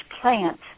plant